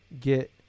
get